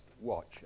watch